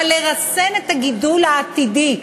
אבל לרסן את הגידול העתידי,